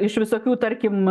iš visokių tarkim